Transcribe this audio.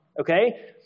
Okay